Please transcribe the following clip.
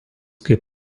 kaip